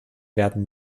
werden